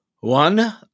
One